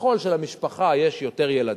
שככל שלמשפחה יש יותר ילדים,